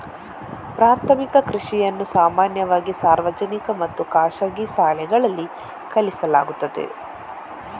ಪ್ರಾಥಮಿಕ ಕೃಷಿಯನ್ನು ಸಾಮಾನ್ಯವಾಗಿ ಸಾರ್ವಜನಿಕ ಮತ್ತು ಖಾಸಗಿ ಶಾಲೆಗಳಲ್ಲಿ ಕಲಿಸಲಾಗುತ್ತದೆ